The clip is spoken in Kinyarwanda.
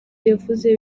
yavuze